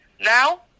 Now